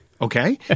okay